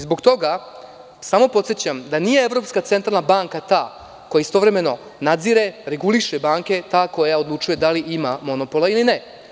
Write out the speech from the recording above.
Zbog toga samo podsećam da nije Evropska centralna banka ta koja istovremeno nadzire, reguliše banke, ta koja odlučuje da li ima monopola ili ne.